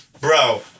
bro